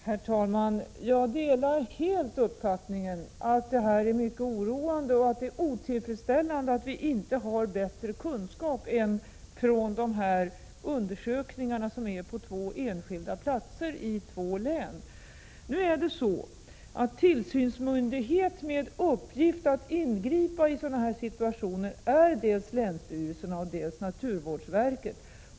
Herr talman! Jag delar helt uppfattningen att dessa utsläpp är mycket oroande och att det är otillfredsställande att vi inte har bättre kunskaper än dem vi fått genom undersökningarna på två enskilda platser i två län. Tillsynsmyndigheter med uppgift att ingripa i situationer av det här slaget är dels länsstyrelserna, dels naturvårdsverket.